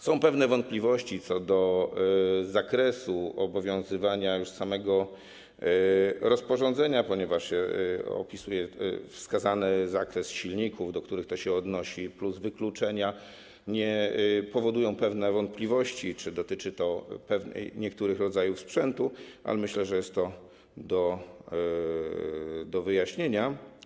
Są pewne wątpliwości co do zakresu obowiązywania już samego rozporządzenia, ponieważ wskazany zakres silników, do których to się odnosi, plus wykluczenia powodują pewne wątpliwości, czy dotyczy to niektórych rodzajów sprzętu, ale myślę, że jest to do wyjaśnienia.